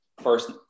first